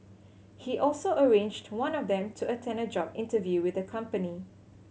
he also arranged one of them to attend a job interview with the company